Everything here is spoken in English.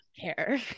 care